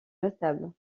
notables